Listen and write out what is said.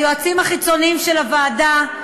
ליועצים החיצוניים של הוועדה,